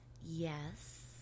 Yes